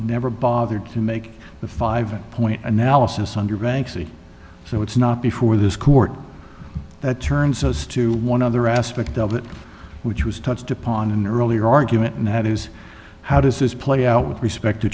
never bothered to make the five point analysis under banksy so it's not before this court that turns those to one other aspect of it which was touched upon an earlier argument and that is how does this play out with respect to